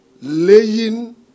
laying